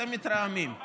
אתם מתרעמים.